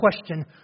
question